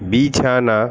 বিছানা